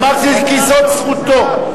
אמרתי: כי זאת זכותו.